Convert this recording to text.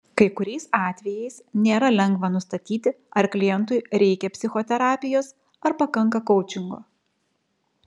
kai kuriais atvejais nėra lengva nustatyti ar klientui reikia psichoterapijos ar pakanka koučingo